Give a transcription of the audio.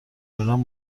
میرم